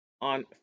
on